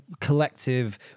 collective